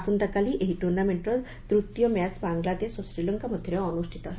ଆସନ୍ତାକାଲି ଏହି ଟ୍ରର୍ଣ୍ଣାମେଣ୍ଟ୍ର ତୃତୀୟ ମ୍ୟାଚ୍ ବାଂଲାଦେଶ ଓ ଶ୍ରୀଲଙ୍କା ମଧ୍ୟରେ ଅନୁଷ୍ଠିତ ହେବ